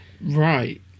right